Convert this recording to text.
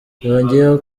yongeyeho